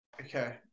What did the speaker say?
Okay